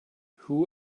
who